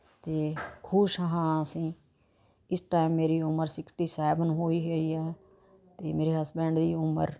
ਅਤੇ ਖੁਸ਼ ਹਾਂ ਅਸੀਂ ਇਸ ਟਾਇਮ ਮੇਰੀ ਉਮਰ ਸਿਕਸਟੀ ਸੈਵਨ ਹੋਈ ਹੋਈ ਹੈ ਅਤੇ ਮੇਰੇ ਹਸਬੈਂਡ ਦੀ ਉਮਰ